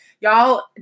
Y'all